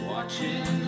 Watching